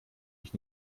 ich